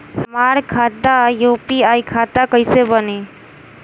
हमार खाता यू.पी.आई खाता कईसे बनी?